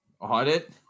Audit